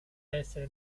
essere